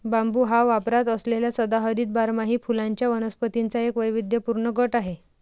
बांबू हा वापरात असलेल्या सदाहरित बारमाही फुलांच्या वनस्पतींचा एक वैविध्यपूर्ण गट आहे